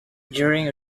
during